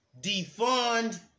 defund